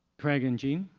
craig and jean